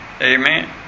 Amen